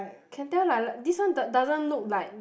can tell lah like this one does doesn't look like